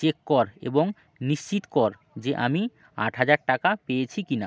check কর এবং নিশ্চিত কর যে আমি আট হাজার টাকা পেয়েছি কি না